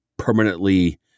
permanently